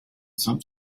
some